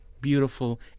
beautiful